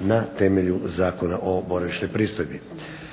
na temelju Zakona o boravišnoj pristojbi.